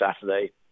Saturday